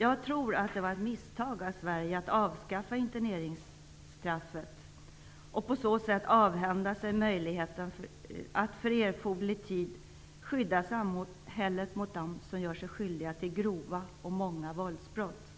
Jag tror att det var ett misstag av Sverige att avskaffa interneringsstraffet och på så sätt avhända sig möjligheten att för erforderlig tid skydda samhället mot dem som gör sig skyldiga till grova och många våldsbrott